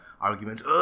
arguments